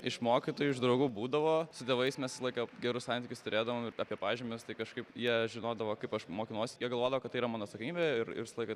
iš mokytojų iš draugų būdavo su tėvais mes visą laiką gerus santykius turėdavom ir apie pažymius tai kažkaip jie žinodavo kaip aš mokinuosi jie galvodavo kad tai yra mano atsakomybė ir ir visą laiką